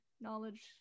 knowledge